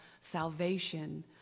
salvation